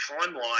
timeline